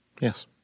Yes